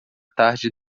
tarde